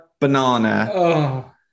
banana